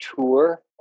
tour